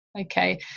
Okay